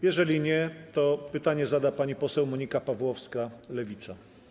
Jeżeli nie, to pytanie zada pani poseł Monika Pawłowska, Lewica.